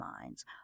minds